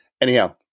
Anyhow